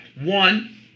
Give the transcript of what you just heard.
One